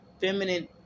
feminine